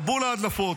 מבול ההדלפות.